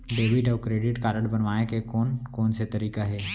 Debit अऊ credit card बनवाए के कोन कोन से तरीका हे?